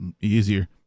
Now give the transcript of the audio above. easier